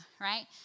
right